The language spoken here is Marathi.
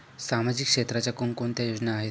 सामाजिक क्षेत्राच्या कोणकोणत्या योजना आहेत?